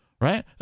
right